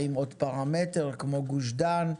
האם עוד פעם מטר כמו גוש דן?